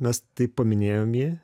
mes taip paminėjom jį